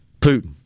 Putin